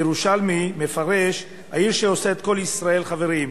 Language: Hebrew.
הירושלמי מפרש: העיר שעושה את כל ישראל חברים.